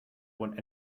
want